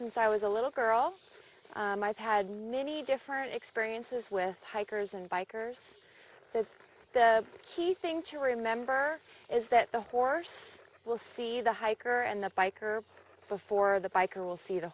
since i was a little girl i've had many different experiences with hikers and bikers that's the key thing to remember is that the horse will see the hiker and the biker before the biker will see the